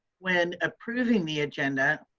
when approving the agenda,